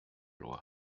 loi